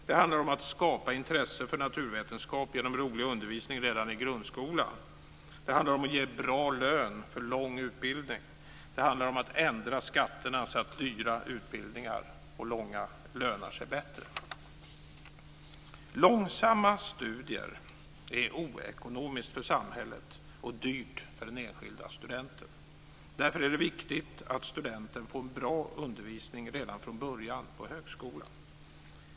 Det handlar om att skapa intresse för naturvetenskap genom rolig undervisning redan i grundskolan. Det handlar om att ge bra lön för lång utbildning. Det handlar om att ändra skatterna så att dyra och långa utbildningar lönar sig bättre. Långsamma studier är oekonomiskt för samhället och dyrt för den enskilda studenten. Därför är det viktigt att studenten får en bra undervisning redan från början på högskolan.